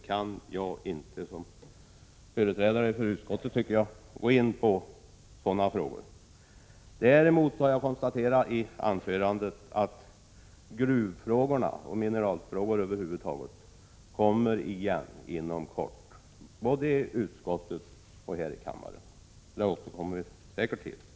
Jag kan därför som företrädare för utskottet inte gå in på dem. Däremot kommer gruvfrågor och mineralfrågor över huvud taget att behandlas inom kort både i utskottet och här i kammaren, så vi får snart möjlighet att återkomma till detta.